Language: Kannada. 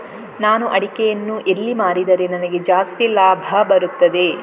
ನಾನು ಅಡಿಕೆಯನ್ನು ಎಲ್ಲಿ ಮಾರಿದರೆ ನನಗೆ ಜಾಸ್ತಿ ಲಾಭ ಬರುತ್ತದೆ?